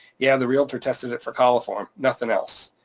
yeah, the realtor tested it for coliform, nothing else.